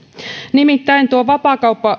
nimittäin tuo vapaakauppa